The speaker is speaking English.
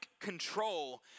control